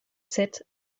sept